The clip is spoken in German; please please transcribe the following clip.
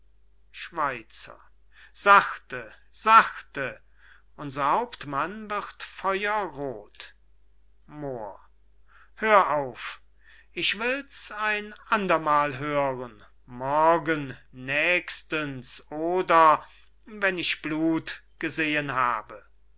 schweizer sachte sachte unser hauptmann wird feuerroth moor hör auf ich wills ein andermal hören morgen nächstens oder wenn ich blut gesehen habe